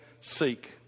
seek